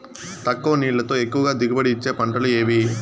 తక్కువ నీళ్లతో ఎక్కువగా దిగుబడి ఇచ్చే పంటలు ఏవి?